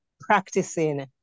practicing